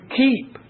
keep